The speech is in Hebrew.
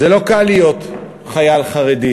זה לא קל להיות חייל חרדי.